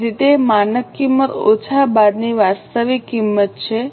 તેથી તે માનક કિંમત ઓછા બાદની વાસ્તવિક કિંમત છે